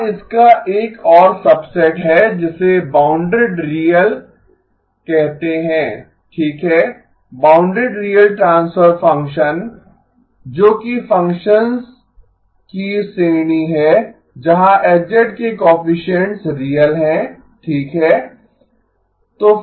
वहाँ इसका एक और सबसेट है जिसे बाउंडेड रियल कहते हैं ठीक है बाउंडेड रियल ट्रांसफर फ़ंक्शन जो कि फ़ंक्शंस की श्रेणी है जहां H के कोएफिसिएन्ट्स रियल हैं ठीक है